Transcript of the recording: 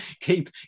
keep